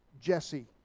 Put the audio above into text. Jesse